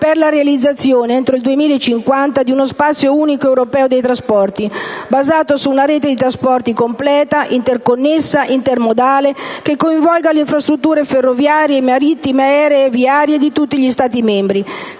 per la realizzazione, entro il 2050, di uno spazio unico europeo dei trasporti, basato su una rete di trasporto completa, interconnessa ed intermodale, che coinvolga le infrastrutture ferroviarie, marittime, aeree e viarie di tutti gli Stati membri,